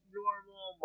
normal